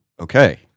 Okay